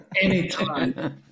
anytime